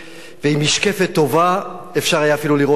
ועם משקפת טובה אפשר היה אפילו לראות יותר.